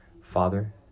Father